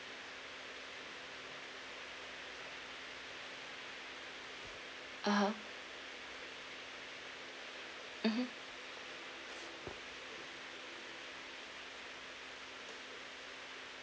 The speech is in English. (uh huh) mmhmm